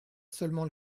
seulement